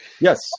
Yes